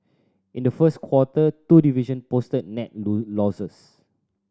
in the first quarter two division posted net losses